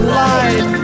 life